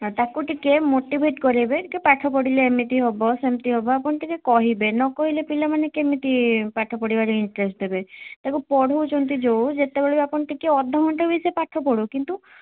ହଁ ତାକୁ ଟିକିଏ ମୋଟିଭେଟ କରେଇବେ କି ପାଠ ପଢ଼ିଲେ ଏମିତି ହେବ ସେମିତି ହେବ ଆପଣ ଟିକିଏ କହିବେ ନକହିଲେ ପିଲାମାନେ କେମିତି ପାଠ ପଢ଼ିବାରେ ଇନ୍ଟରେଷ୍ଟ ଦେବେ ତାକୁ ପଢ଼ଉଛନ୍ତି ଯେଉଁ ଯେତେବେଳେ ବି ଆପଣ ଟିକିଏ ଅଧଘଣ୍ଟା ବି ସିଏ ପାଠପଢ଼ୁ କିନ୍ତୁ